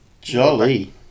Jolly